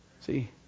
See